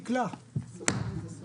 הישיבה ננעלה בשעה 14:00.